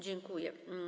Dziękuję.